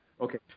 Okay